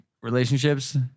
relationships